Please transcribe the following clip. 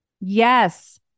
Yes